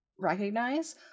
recognize